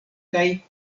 kaj